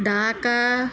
Dhaka